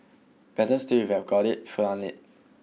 better still if you've got it flaunt it